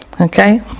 Okay